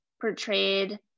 portrayed